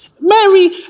Mary